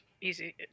easy